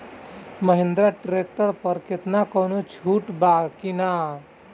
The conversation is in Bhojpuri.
महिंद्रा ट्रैक्टर पर केतना कौनो छूट बा कि ना?